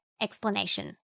explanation